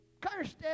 cursed